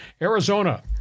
Arizona